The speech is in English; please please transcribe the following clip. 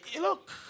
look